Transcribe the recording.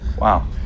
Wow